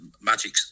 magic